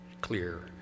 clear